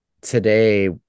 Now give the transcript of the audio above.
today